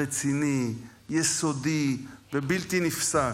רציני, יסודי ובלתי נפסק,